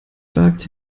wagt